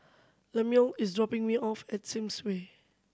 Lemuel is dropping me off at Sims Way